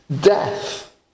death